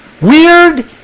weird